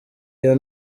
iyo